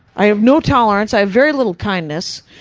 i have no tolerance, i have very little kindness,